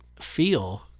feel